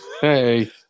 Hey